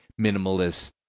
minimalist